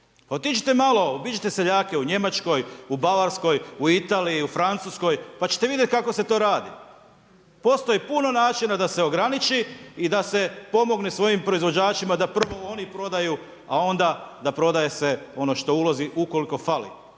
otiđite malo, obiđite seljake u Njemačkoj, u Bavarskoj, u Italiji, u Francuskoj pa ćete vidjeti kako se to radi. Postoji puno načina da se ograniči i da se pomogne svojim proizvođačima da prvo oni prodaju a onda prodaje se ono što ulazi ukoliko fali.